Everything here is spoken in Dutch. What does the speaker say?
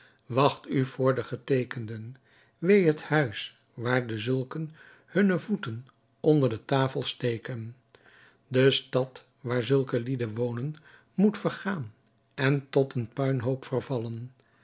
wacht u voor de geteekenden wee het huis waar de zulken hunne voeten onder de tafel steken de stad waar zulke lieden wonen moet vergaan en tot een puinhoop vervallen